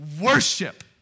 worship